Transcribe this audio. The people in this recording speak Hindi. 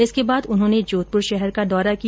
इसके बाद उन्होंने जोधपुर शहर का दौरा किया